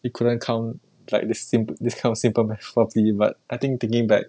he couldn't count like this simp~ this kind of simple math properly but I think thinking back